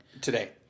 Today